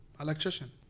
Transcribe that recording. Electrician